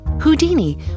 Houdini